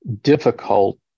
difficult